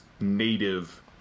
native